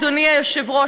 אדוני היושב-ראש,